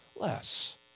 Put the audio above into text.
less